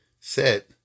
set